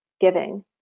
giving